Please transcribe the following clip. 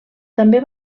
també